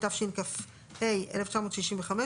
התשכ"ה-1965,